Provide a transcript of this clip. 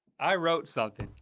i wrote something.